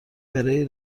برای